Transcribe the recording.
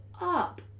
up